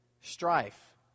strife